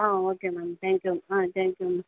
ah okay ma'am thank you ah thank you ma'am